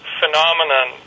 phenomenon